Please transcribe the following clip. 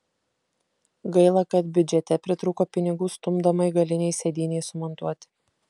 gaila kad biudžete pritrūko pinigų stumdomai galinei sėdynei sumontuoti